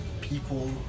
people